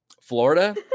Florida